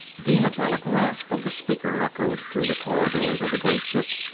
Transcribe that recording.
the metallic rasp of the speaker echoed through the corridors of the great ship.